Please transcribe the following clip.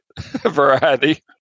variety